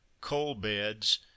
coal-beds